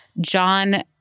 John